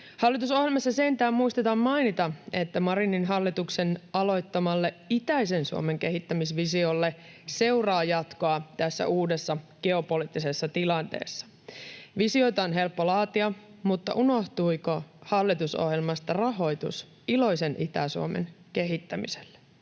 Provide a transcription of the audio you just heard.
Hallitusohjelmassa sentään muistetaan mainita, että Marinin hallituksen aloittamalle itäisen Suomen kehittämisvisiolle seuraa jatkoa tässä uudessa geopoliittisessa tilanteessa. Visioita on helppo laatia, mutta unohtuiko hallitusohjelmasta rahoitus iloisen Itä-Suomen kehittämiselle.